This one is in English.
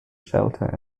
shelter